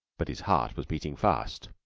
but his heart was beating fast.